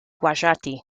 gujarati